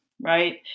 right